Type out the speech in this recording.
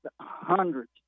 Hundreds